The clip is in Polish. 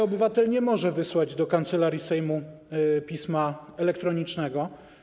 Obywatel nie może wysłać do Kancelarii Sejmu pisma elektronicznego.